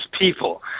people